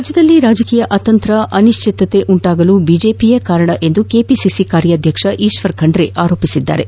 ರಾಜ್ಯದಲ್ಲಿ ರಾಜಕೀಯ ಅತಂತ್ರ ಅನಿಶ್ಚಿತತೆ ಉಂಟಾಗಲು ಬಿಜೆಪಿಯೇ ಕಾರಣ ಎಂದು ಕೆಪಿಸಿಸಿ ಕಾಯಾಧ್ಯಕ್ಷ ಈಶ್ನರ ಖಂಡ್ರೆ ಆರೋಪಿಸಿದ್ದಾರೆ